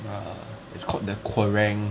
it's called the quiraing